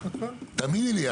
תאמיני לי,